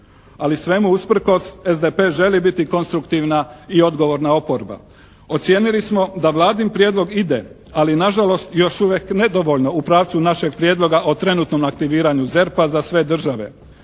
Ali svemu usprkos SDP želi biti konstruktivna i odgovorna oporba. Ocijenili smo da Vladin prijedlog ide ali nažalost još uvijek nedovoljno u pravcu našeg prijedloga o trenutnom aktiviranju ZERP-a za sve države.